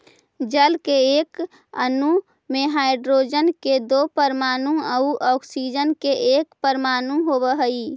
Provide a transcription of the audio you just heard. जल के एक अणु में हाइड्रोजन के दो परमाणु आउ ऑक्सीजन के एक परमाणु होवऽ हई